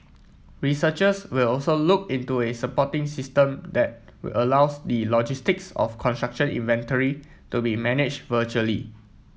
researchers will also look into a supporting system that allows the logistics of construction inventory to be manage virtually